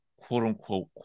quote-unquote